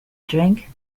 drink